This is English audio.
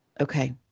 Okay